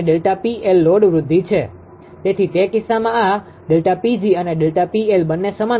તેથી તે કિસ્સામાં આ ΔPg અને ΔPL બંને સમાન રહેશે